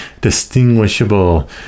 distinguishable